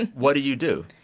and what do you do?